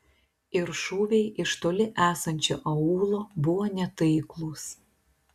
ir šūviai iš toli esančio aūlo buvo netaiklūs